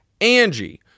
Angie